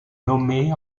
nommée